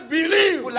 believe